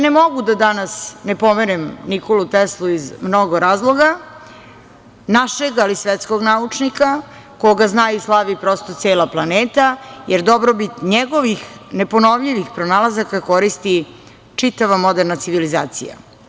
Ne mogu da danas ne pomenem Nikolu Teslu iz mnogo razloga, našeg, ali svetskog naučnika koga zna, slavi cela planeta, jer dobrobit njegovih neponovljivih pronalazaka koristi čitava moderna civilizacija.